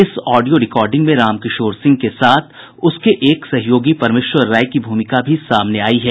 इस audio recording में राम किशोर सिंह के साथ उनके सहयोगी परमेश्वर राय की भूमिका भी सामने आयी है